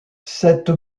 cette